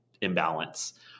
imbalance